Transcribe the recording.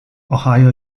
ohio